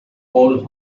paul